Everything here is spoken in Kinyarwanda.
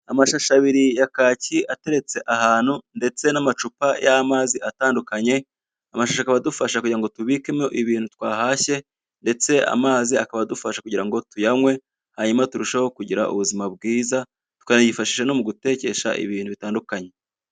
Amashashi abiri ya kaki ateretse ahantu ndetse n'amacupa y'amazi atandukanye. Amashashi akaba adufasha kugira ngo tubikemo ibintu twahashye ndetse amazi akaba adufasha kugira ngo tuyanywe hanyuma turusheho kugira ubuzima bwiza, tukayifashisha no mugutekesha ibintu bitandukanye.